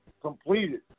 completed